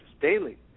daily